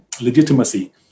legitimacy